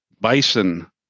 Bison